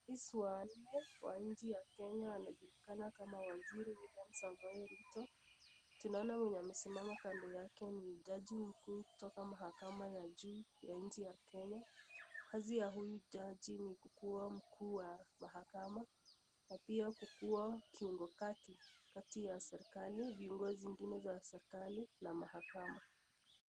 Rais wa nchi Kenya anajulikana kama waziri William Samoei Ruto, tunaona kuwa mwenye amesimama kando yake ni jaji mkuu kutoka mahakama ya juu ya nchi ya Kenya, kazi ya huyu jaji ni kukuwa mkuu wa mahakama na pia kukuwa kiuongo kati, kati ya serikali viongozi vingine vya serikali na mahakama.